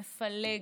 מפלג,